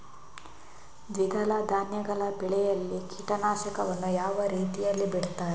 ದ್ವಿದಳ ಧಾನ್ಯಗಳ ಬೆಳೆಯಲ್ಲಿ ಕೀಟನಾಶಕವನ್ನು ಯಾವ ರೀತಿಯಲ್ಲಿ ಬಿಡ್ತಾರೆ?